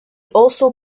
also